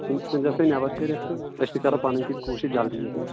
تِم ژھٕنۍ زیوکھ تُہۍ نٮ۪بَر کٔرِتھ تہٕ أسۍ تہِ کَرو پَنٕنۍ کِنۍ کوٗشِش جَلدی یِنٕچ